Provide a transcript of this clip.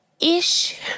ish